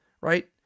right